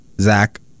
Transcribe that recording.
Zach